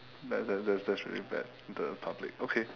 that that that that that's really bad the in public okay